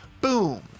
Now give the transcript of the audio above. boom